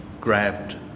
grabbed